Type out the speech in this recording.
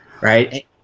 right